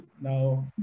Now